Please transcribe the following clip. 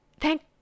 thank